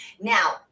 Now